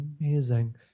amazing